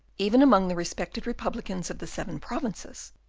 even among the respected republicans of the seven provinces,